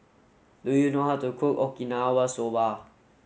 do you know how to cook Okinawa soba